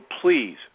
please